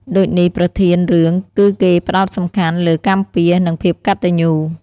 ដូចនេះប្រធានរឿងគឺគេផ្តោតសំខាន់លើកម្មពៀរ និងភាពកត្តញ្ញូ។